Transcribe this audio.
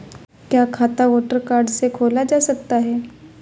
क्या खाता voter card से खोला जा सकता है?